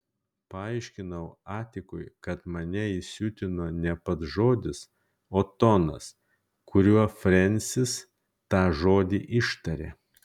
paaiškinau atikui kad mane įsiutino ne pats žodis o tonas kuriuo frensis tą žodį ištarė